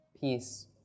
peace